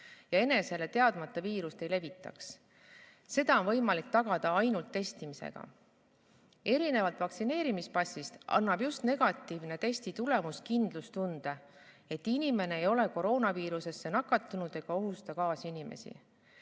ja enesele teadmata viirust ei levitaks. Seda on võimalik tagada ainult testimisega. Erinevalt vaktsineerimispassist annab just negatiivne testitulemus kindlustunde, et inimene ei ole koroonaviirusega nakatunud ega ohusta kaasinimesi.